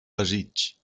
desig